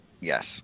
Yes